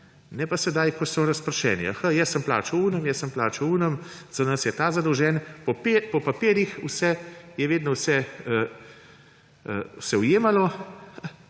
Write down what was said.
ne pa sedaj, ko so razpršeni. Aha, jaz sem plačal onemu, jaz sem plačal onemu, za nas je ta zadolžen – po papirjih se je vedno vse se ujemalo,